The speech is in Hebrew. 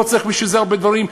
לא צריך בשביל זה הרבה דברים.